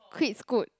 quit Scoot